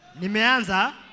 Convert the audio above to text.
Nimeanza